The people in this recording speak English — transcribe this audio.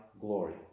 glory